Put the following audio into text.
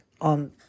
on